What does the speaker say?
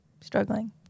struggling